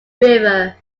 river